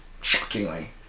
shockingly